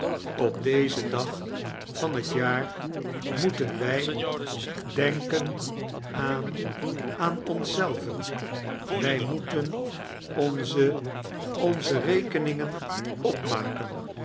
op dezen dag van het jaar moeten wij denkeu aan aan ons zelven wij moeten onze onze rekeningen opmaken